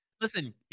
Listen